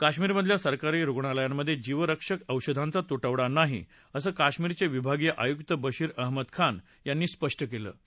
कश्मीरमधल्या सरकारी रुग्णालयांमधे जीवरक्षक औषधांचा तुटवडा नाही असं कश्मीरचे विभागीय आयुक्त बशीर अहमद खान यांनी स्पष्ट केलं आहे